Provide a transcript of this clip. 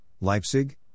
Leipzig